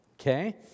okay